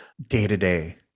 day-to-day